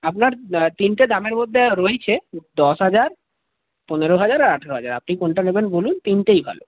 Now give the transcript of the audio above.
আপনার তিনটে দামের মধ্যে রয়েইছে দশ হাজার পনেরো হাজার আর আঠেরো হাজার আপনি কোনটা নেবেন বলুন তিনটেই ভালো